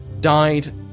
died